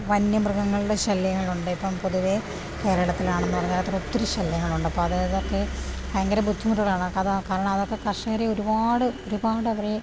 വന്യ മൃഗങ്ങളുടെ ശല്യങ്ങളുണ്ട് ഇപ്പോള് പൊതുവെ കേരളത്തിലാണെന്നു പറഞ്ഞാലും ഒത്തിരി ശല്യങ്ങളുണ്ട് അപ്പോള് അത് ഇതൊക്കെ ഭയങ്കര ബുദ്ധിമുട്ടുകളാണ് അത് കാരണം അതൊക്കെ കർഷകരെ ഒരുപാട് ഒരുപാടവരെ